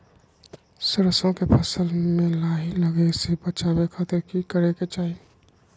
सरसों के फसल में लाही लगे से बचावे खातिर की करे के चाही?